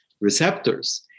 receptors